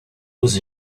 was